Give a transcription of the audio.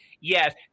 Yes